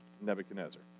Nebuchadnezzar